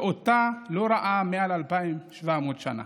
שאותה לא ראה מעל 2,700 שנה.